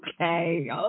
Okay